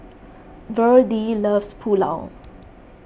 Virdie loves Pulao